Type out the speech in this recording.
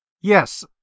Yes